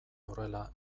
horrela